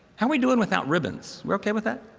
how are we doing without ribbons? we okay with that?